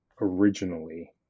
originally